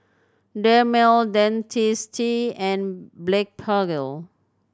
Dermale Dentiste and Blephagel